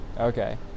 Okay